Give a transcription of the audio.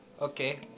Okay